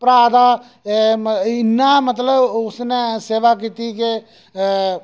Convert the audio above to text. भ्रा दा इन्ना मतलब उसनै सेवा कीती कि